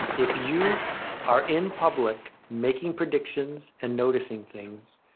if you are in public making predictions and noticing things,